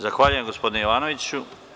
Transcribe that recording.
Zahvaljujem gospodine Jovanoviću.